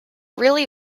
really